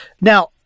Now